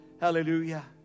Hallelujah